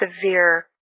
severe